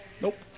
Nope